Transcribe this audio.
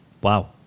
wow